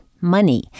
money